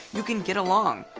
you can get along.